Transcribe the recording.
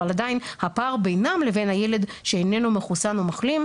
אבל עדיין הפער בינם לבין הילד שאיננו מחוסן או מחלים,